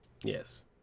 Yes